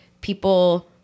people